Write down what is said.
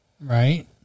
right